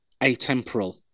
atemporal